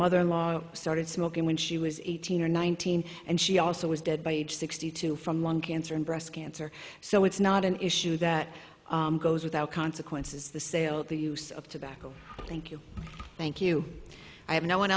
mother in law started smoking when she was eighteen or nineteen and she also was dead by age sixty two from lung cancer and breast cancer so it's not an issue that goes without consequence is the sale of the use of tobacco thank you thank you i have no one